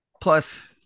Plus